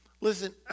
Listen